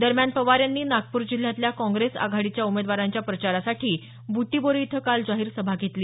दरम्यान पवार यांनी नागपूर जिल्ह्यातल्या काँग्रेस आघाडीच्या उमेदवारांच्या प्रचारासाठी ब्टीबोरी इथं काल जाहीर सभा घेतली